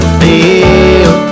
feel